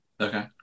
Okay